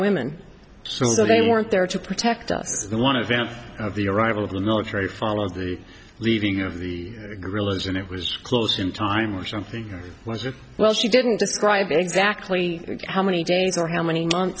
women so they weren't there to protect us the one event of the arrival of the military follows the leaving of the guerrillas and it was close in time or something was it well she didn't describe exactly how many days or how many months